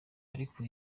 ariko